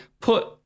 put